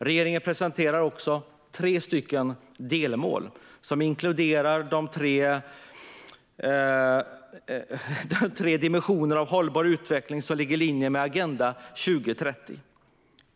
Regeringen presenterar också tre delmål som inkluderar tre dimensioner av hållbar utveckling som ligger i linje med Agenda 2030.